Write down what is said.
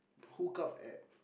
hook up at